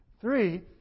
Three